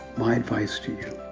my advice to you